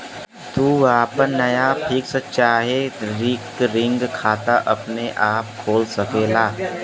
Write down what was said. तू आपन नया फिक्स चाहे रिकरिंग खाता अपने आपे खोल सकला